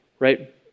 Right